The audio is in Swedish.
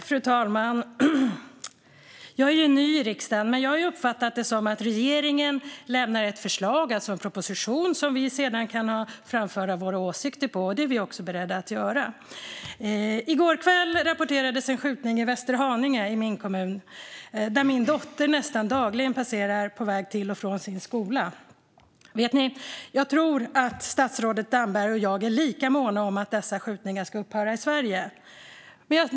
Fru talman! Jag är ny i riksdagen, men jag har uppfattat det som att regeringen lämnar ett förslag, alltså en proposition, som vi senare kan framföra våra åsikter om. Det är vi också beredda att göra. I går kväll rapporterades en skjutning i min kommun Västerhaninge, där min dotter nästan dagligen passerar på väg till och från sin skola. Vet ni, jag tror att statsrådet Damberg och jag är lika måna om att dessa skjutningar ska upphöra i Sverige.